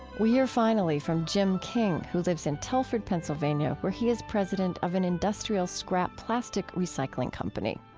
we hear finally from jim king who lives in telford, pennsylvania, where he is president of an industrial scrap plastic recycling company.